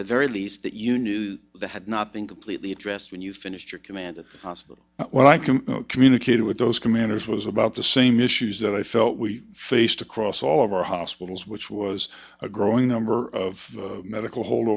very least that you knew had not been completely addressed when you finished your command of hospital when i can communicate with those commanders was about the same issues that i felt we faced across all of our hospitals which was a growing number of medical hold